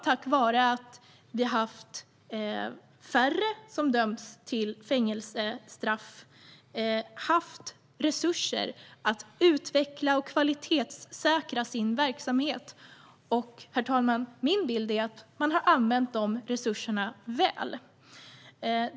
Tack vare att vi haft färre som dömts till fängelsestraff har Kriminalvården haft resurser att utveckla och kvalitetssäkra sin verksamhet. Och, herr talman, min bild är att man har använt resurserna väl.